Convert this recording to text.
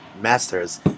masters